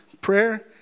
prayer